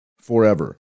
forever